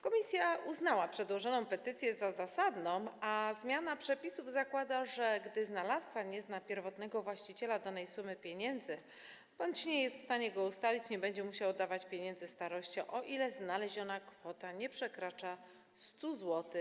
Komisja uznała przedłożoną petycję za zasadną, a zmiana przepisów zakłada, że gdy znalazca nie zna pierwotnego właściciela danej sumy pieniędzy bądź nie jest w stanie go ustalić, nie będzie musiał oddawać pieniędzy staroście, o ile znaleziona kwota nie przekracza 100 zł.